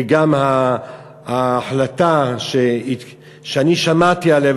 וגם ההחלטה שאני שמעתי עליה,